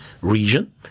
region